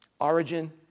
origin